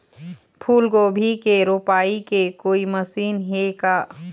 फूलगोभी के रोपाई के कोई मशीन हे का?